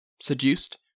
seduced